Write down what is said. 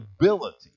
ability